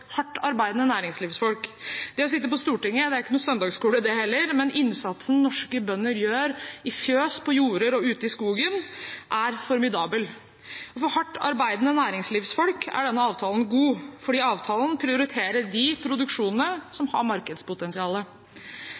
hardt arbeidende næringslivsfolk. Det å sitte på Stortinget er ingen søndagsskole det heller, men innsatsen norske bønder gjør i fjøs, på jorder og ute i skogen, er formidabel. For hardt arbeidende næringslivsfolk er denne avtalen god. Avtalen prioriterer de produksjonene som har